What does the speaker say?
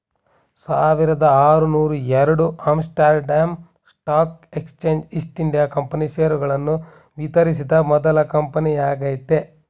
ಸಾವಿರದಆರುನೂರುಎರಡು Amsterdam stock exchange East India company ಷೇರುಗಳನ್ನು ವಿತರಿಸಿದ ಮೊದ್ಲ ಕಂಪನಿಯಾಗೈತೆ